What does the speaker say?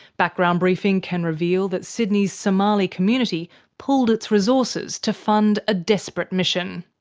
background briefing can reveal that sydney's somali community pooled its resources to fund a desperate mission.